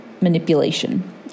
manipulation